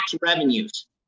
revenues